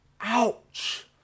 Ouch